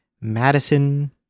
Madison